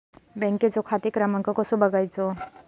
बँकेचो खाते क्रमांक कसो बगायचो?